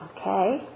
Okay